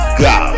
go